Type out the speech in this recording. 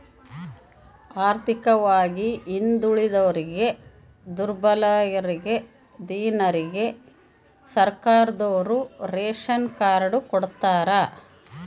ಆರ್ಥಿಕವಾಗಿ ಹಿಂದುಳಿದೋರಿಗೆ ದುರ್ಬಲರಿಗೆ ದೀನರಿಗೆ ಸರ್ಕಾರದೋರು ರೇಶನ್ ಕಾರ್ಡ್ ಕೊಡ್ತಾರ